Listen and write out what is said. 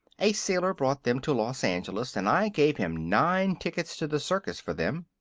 a sailor brought them to los angeles and i gave him nine tickets to the circus for them.